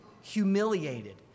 humiliated